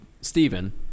Stephen